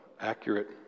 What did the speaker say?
accurate